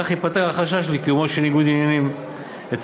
כך ייפתר החשש לקיומו של ניגוד עניינים אצל